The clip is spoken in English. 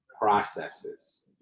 processes